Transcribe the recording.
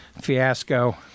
fiasco